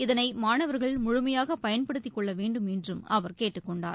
இதனைமாணவர்கள் முழுமையாகபயன்படுத்திக் கொள்ளவேண்டும் என்றும் அவர் கேட்டுக் கொண்டார்